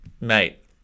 mate